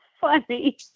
funny